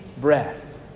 breath